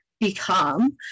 become